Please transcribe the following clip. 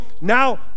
now